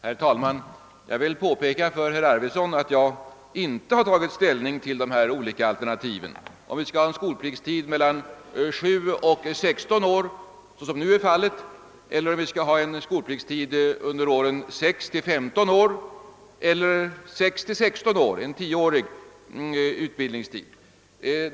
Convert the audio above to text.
Herr talman! Jag vill påpeka för herr Arvidson att jag inte tagit ställning till de olika alternativen — om vi skall ha skolplikt mellan sju och sexton års ålder, såsom nu är fallet, eller mellan sex och femton års ålder eller mellan sex och sexton års ålder.